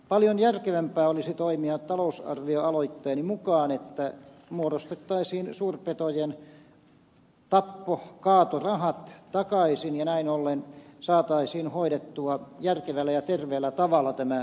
paljon järkevämpää olisi toimia talousarvioaloitteeni mukaan että muodostettaisiin suurpetojen tappo kaatorahat takaisin ja näin ollen saataisiin hoidettua järkevällä ja terveellä tavalla tämä suurpetokanta